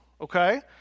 okay